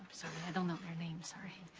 i don't know her name, sorry.